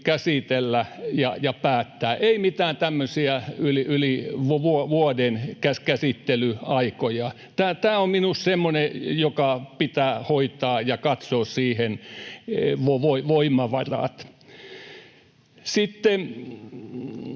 käsitellä ja päättää. Ei mitään tämmöisiä yli vuoden käsittelyaikoja. Tämä on minusta semmoinen, joka pitää hoitaa ja katsoa siihen voimavarat. Sitten